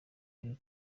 iri